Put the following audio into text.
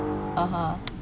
(uh huh)